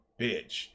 bitch